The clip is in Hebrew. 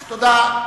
תודה.